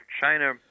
China